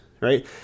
right